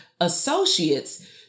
associates